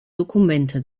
dokumente